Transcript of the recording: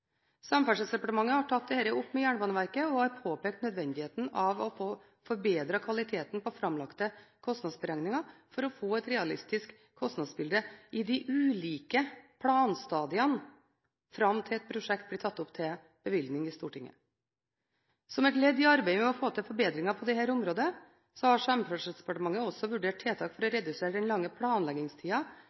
Samferdselsdepartementet har tatt dette opp med Jernbaneverket og har påpekt nødvendigheten av å få forbedret kvaliteten på framlagte kostnadsberegninger for å få et realistisk kostnadsbilde over de ulike planstadiene fram til et prosjekt blir tatt opp til bevilgning i Stortinget. Som et ledd i arbeidet med å få til forbedringer på dette området har Samferdselsdepartementet også vurdert tiltak for å redusere den lange